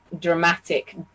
dramatic